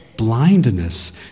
Blindness